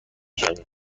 شویم